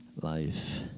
life